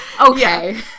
Okay